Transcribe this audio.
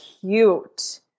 cute